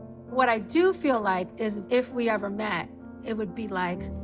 what i do feel like is if we ever met it would be like